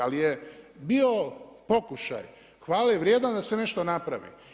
Ali je bio pokušaj hvale vrijedan da se nešto napravi.